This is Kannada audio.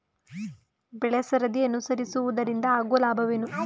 ಬೆಳೆಸರದಿ ಅನುಸರಿಸುವುದರಿಂದ ಆಗುವ ಲಾಭವೇನು?